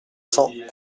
cents